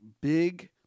big